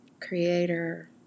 creator